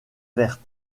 verte